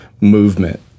movement